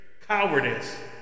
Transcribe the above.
cowardice